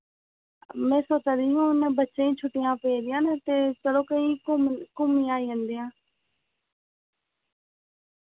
में सोचा दी ही हुन में बच्चें ई छुट्टियां पौंदियां न ते चलो कोई घुम्मन घुम्मी आई जन्दे आं